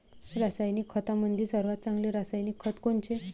रासायनिक खतामंदी सर्वात चांगले रासायनिक खत कोनचे?